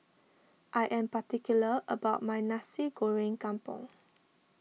I am particular about my Nasi Goreng Kampung